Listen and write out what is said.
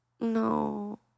No